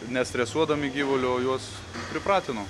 nestresuodami gyvulių o juos pripratinom